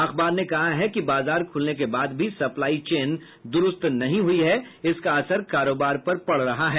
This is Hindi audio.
अखबार ने कहा है कि बाजार खुलने के बाद भी सप्लाई चेन दुरूस्त नहीं हुआ है इसका असर कारोबार पर पड़ रहा है